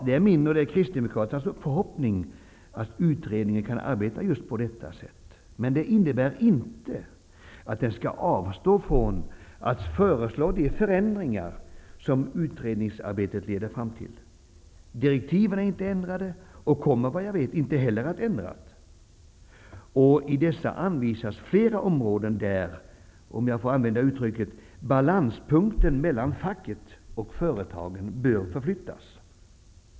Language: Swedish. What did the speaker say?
Det är min och kristdemokraternas förhoppning att utredningen kan arbeta just på detta sätt. Men det innebär inte att den skall avstå från att föreslå de förändringar som utredningsarbetet leder fram till. Direktiven är inte ändrade och kommer, såvitt jag vet, inte heller att ändras. Och i dessa anvisas flera områden där, om jag får använda uttrycket, balanspunkten mellan facket och företagaren bör flyttas.